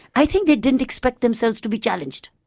i think they didn't expect themselves to be challenged.